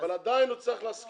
אבל עדיין אותו ערבי צריך להסכים.